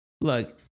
Look